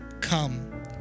come